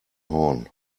horn